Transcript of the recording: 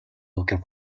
looking